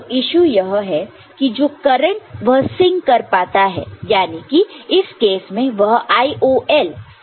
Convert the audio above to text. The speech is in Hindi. तो यीशु यह है कि जो करंट वह सिंक कर पाता है यानी कि इस केस में वह IOL CMOS है